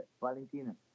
Valentina